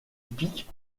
piques